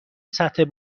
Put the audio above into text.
سطح